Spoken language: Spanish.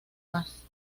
más